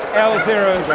l ah zero but